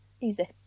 Easy